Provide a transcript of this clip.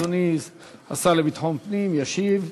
אדוני השר לביטחון פנים ישיב.